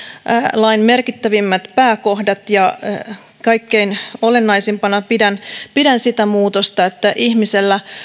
lain merkittävimmät pääkohdat kaikkein olennaisimpana pidän pidän sitä muutosta että ihmisellä